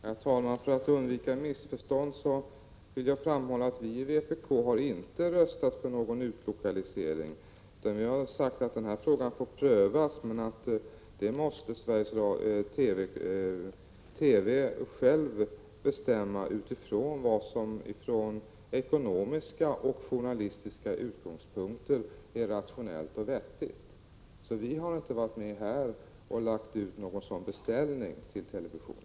Herr talman! För att undvika missförstånd vill jag framhålla att vi i vpk inte har röstat för någon utlokalisering. Vi har sagt att den här frågan får prövas men att TV själv måste bestämma detta med hänsyn till vad som från ekonomiska och journalistiska utgångspunkter är rationellt och vettigt. Vi har alltså inte varit med om att lägga ut någon sådan beställning till televisionen.